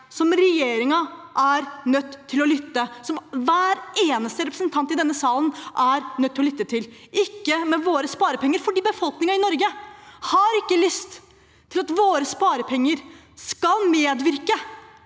som regjeringen er nødt til å lytte til, som hver eneste representant i denne salen er nødt til å lytte til: «ikke med våre sparepenger» – fordi befolkningen i Norge ikke har lyst til at deres sparepenger skal medvirke